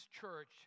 church